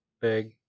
big